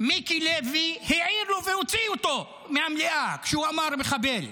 מיקי לוי העיר לו והוציא אותו מהמליאה כשהוא אמר "מחבל".